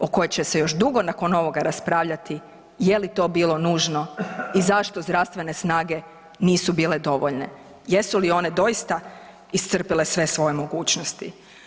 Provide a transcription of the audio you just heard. o kojem će se još dugo nakon ovoga raspravljati je li to bilo nužno i zašto zdravstvene snage nisu bile dovoljne, jesu li one doista iscrpile sve svoje mogućnosti?